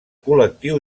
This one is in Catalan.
col·lectiu